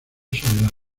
soledad